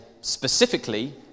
specifically